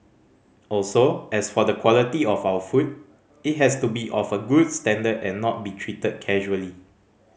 also as for the quality of our food it has to be of a good standard and not be treated casually